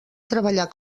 treballar